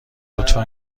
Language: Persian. لطفا